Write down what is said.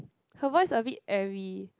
her voice a bit airy